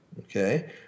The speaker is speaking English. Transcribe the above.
Okay